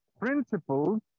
principles